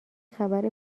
خبر